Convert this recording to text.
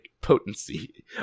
potency